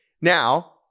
Now